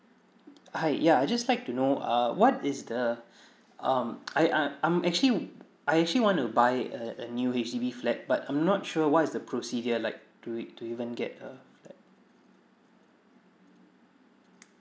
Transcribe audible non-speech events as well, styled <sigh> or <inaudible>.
hi ya I just like to know uh what is the um <noise> I I I'm actually I actually want to buy a a new H_D_B flat but I'm not sure what is the procedure like to e~ to even get uh that